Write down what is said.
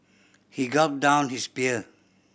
he gulped down his beer